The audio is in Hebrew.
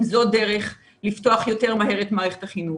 זו דרך לפתוח יותר מהר את מערכת החינוך.